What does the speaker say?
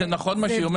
זה הבדל רציני.